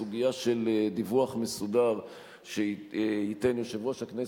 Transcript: הסוגיה של דיווח מסודר שייתן יושב-ראש הכנסת,